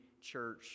Church